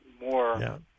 more